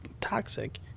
toxic